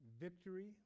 Victory